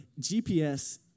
GPS